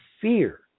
fear